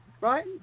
right